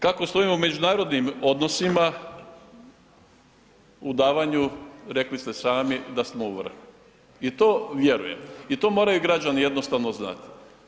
Kako stojimo u međunarodnim odnosima u davanju, rekli smo sami da smo u vrhu i to vjerujem i to moraju građani jednostavno znati.